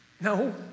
No